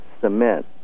cement